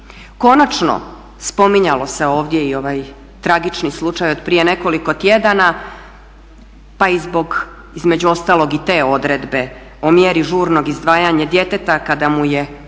Konačno spominjalo se ovdje i ovaj tragični slučaj od prije nekoliko tjedana pa i zbog između ostalog i te odredbe o mjeri žurnog izdvajanja djeteta kada mu je ugroženo